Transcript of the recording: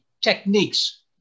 techniques